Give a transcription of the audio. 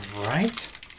Right